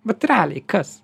vat realiai kas